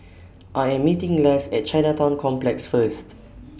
I Am meeting Less At Chinatown Complex First